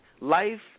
life